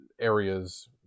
areas